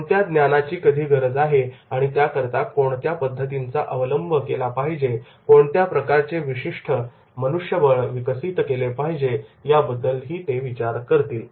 कोणत्या ज्ञानाची कधी गरज आहे आणि त्याकरता कोणत्या पद्धतींचा अवलंब केला पाहिजे कोणत्या प्रकारे विशिष्ट प्रकारचे मनुष्यबळ विकसित केले पाहिजे याबद्दल ते विचार करतील